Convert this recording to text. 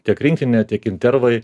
tiek rinktinė tik intervai